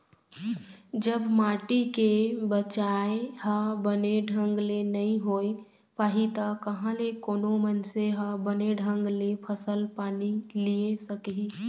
जब माटी के बचाय ह बने ढंग ले नइ होय पाही त कहॉं ले कोनो मनसे ह बने ढंग ले फसल पानी लिये सकही